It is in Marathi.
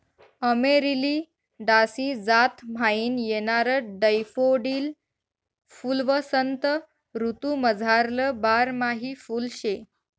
अमेरिलिडासी जात म्हाईन येणारं डैफोडील फुल्वसंत ऋतूमझारलं बारमाही फुल शे